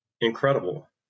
incredible